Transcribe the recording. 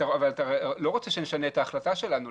אבל אתה לא רוצה שנשנה את ההחלטה שלנו?